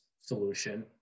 solution